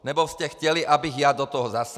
Nebo jste chtěli, abych já do toho zasáhl?